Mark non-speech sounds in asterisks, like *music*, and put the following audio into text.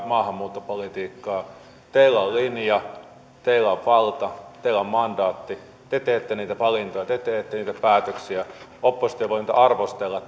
maahanmuuttopolitiikkaa teillä on linja teillä on valta teillä on mandaatti te teette niitä valintoja te teette niitä päätöksiä oppositio voi niitä arvostella *unintelligible*